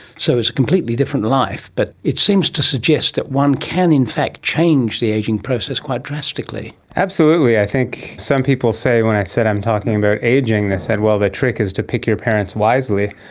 so it was a completely different life. but it seems to suggest that one can in fact change the ageing process quite drastically. absolutely, i think some people say when i said i'm talking about ageing, they said, well, the trick is to pick your parents wisely.